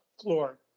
floor